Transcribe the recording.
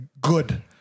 good